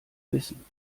wissen